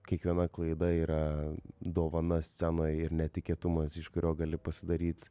kiekviena klaida yra dovana scenoj ir netikėtumas iš kurio gali pasidaryt